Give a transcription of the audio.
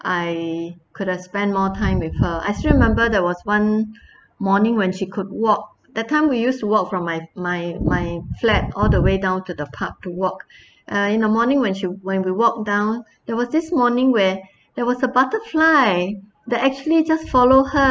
I could have spent more time with her I still remember there was one morning when she could walk that time we used to walk from my my my flat all the way down to the park to walk uh in the morning when she when we walk down there was this morning where there was a butterfly that actually just follow her